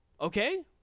okay